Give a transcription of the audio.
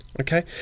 Okay